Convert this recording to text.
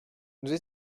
nous